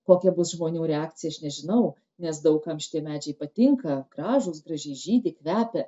kokia bus žmonių reakcija aš nežinau nes daug kam šitie medžiai patinka gražūs gražiai žydi kvepia